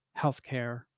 healthcare